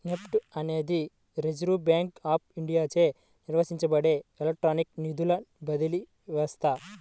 NEFT అనేది Reserve Bank of ఇండియాచే నిర్వహించబడే ఎలక్ట్రానిక్ నిధుల బదిలీ వ్యవస్థ